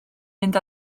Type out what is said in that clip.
mynd